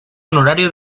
honorario